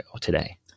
today